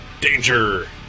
Danger